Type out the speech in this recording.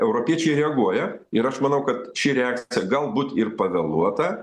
europiečiai reaguoja ir aš manau kad ši reakcija galbūt ir pavėluota